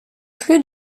plus